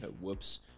Whoops